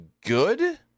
good